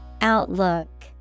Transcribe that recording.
Outlook